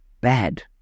Bad